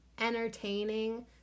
entertaining